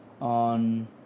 on